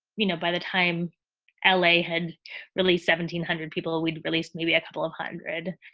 you know, by the time l a. had released seventeen hundred people, we'd released maybe a couple of hundred.